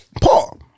Paul